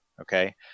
Okay